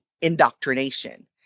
indoctrination